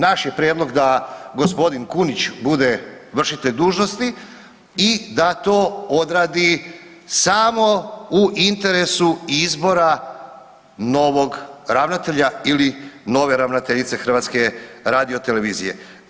Naš je prijedlog da gospodin Kunić bude vršitelj dužnosti i da to odradi samo u interesu izbora novog ravnatelja ili nove ravnateljice HRT-a.